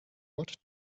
what